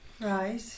Right